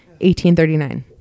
1839